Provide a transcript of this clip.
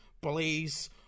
please